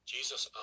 Jesus